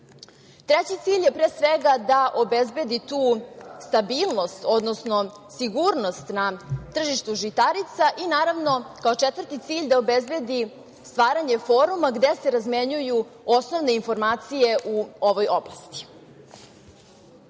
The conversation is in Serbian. cilj je pre svega da obezbedi tu stabilnost, odnosno sigurnost na tržištu žitarica i naravno, kao četvrti cilj da obezbedi stvaranje foruma gde se razmenjuju osnovne informacije u ovoj oblasti. Koliko